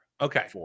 Okay